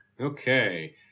Okay